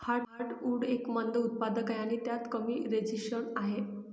heartwood एक मंद उत्पादक आहे आणि त्यात कमी रेझिनस आहे